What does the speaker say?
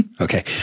Okay